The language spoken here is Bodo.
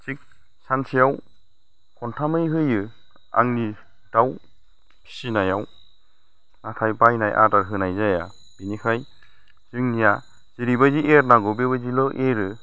थिग सानसेयाव खन्थामै होयो आंनि दाउ फिसिनायाव नाथाय बायनाय आदार होनाय जाया बिनिखाय जोंनिया जेरैबायदि एरनांगौ बेबायदिल' एरो